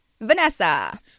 Vanessa